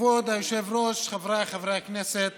להצעת החוק הבאה, הצעת